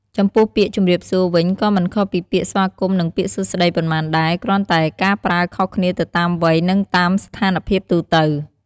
ចំពោះពាក្យ ជម្រាបសួរ វិញក៏មិនខុសពីពាក្យស្វាគមន៍ និងពាក្យសួស្ដីប៉ុន្មានដែរ គ្រាន់តែការប្រើខុសគ្នាទៅតាមវ័យ និងតាមស្ថានភាពទូទៅ។